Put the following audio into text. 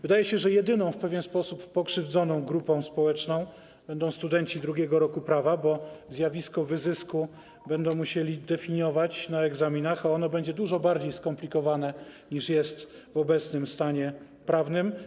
Wydaje się, że jedyną w pewien sposób pokrzywdzoną grupą społeczną będą studenci 2. roku prawa, którzy zjawisko wyzysku będą musieli definiować na egzaminach, a ono będzie dużo bardziej skomplikowane niż w obecnym stanie prawnym.